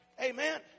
Amen